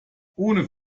ohne